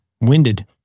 winded